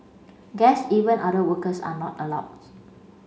guests even other workers are not allowed